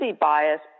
bias